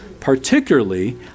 Particularly